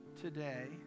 today